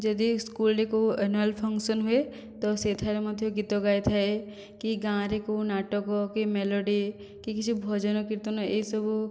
ଯଦି ସ୍କୁଲରେ କେଉଁ ଆନୁଆଲ୍ ଫଙ୍କସନ୍ ହୁଏ ତ ସେଠାରେ ମଧ୍ୟ ଗୀତ ଗାଇଥାଏ କି ଗାଁରେ କେଉଁ ନାଟକ କି ମେଲୋଡ଼ି କି କିଛି ଭଜନ କୀର୍ତ୍ତନ ଏହିସବୁ